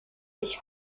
ich